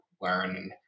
learn